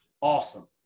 awesome